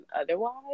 otherwise